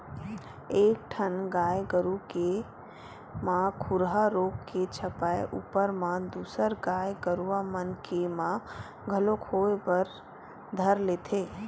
एक ठन गाय गरु के म खुरहा रोग के छपाय ऊपर म दूसर गाय गरुवा मन के म घलोक होय बर धर लेथे